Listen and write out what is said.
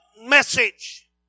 message